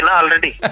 already